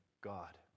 God